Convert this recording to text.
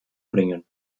bringen